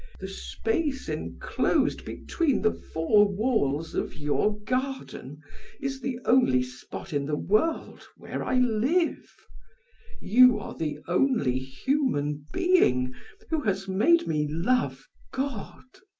the space enclosed between the four walls of your garden is the only spot in the world where i live you are the only human being who has made me love god.